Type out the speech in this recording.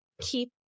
keep